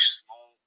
small